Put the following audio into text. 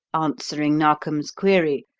answering narkom's query,